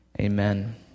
Amen